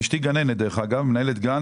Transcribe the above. אשתי גננת, דרך אגב, מנהלת גן.